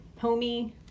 homie